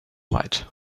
light